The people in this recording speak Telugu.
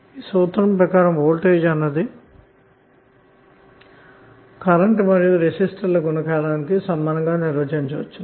ఈ సూత్రం ప్రకారము వోల్టేజ్ అన్నది కరెంటు మరియు రెసిస్టర్ ల గుణకారానికి సమానం గా నిర్వచించవచ్చు